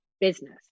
business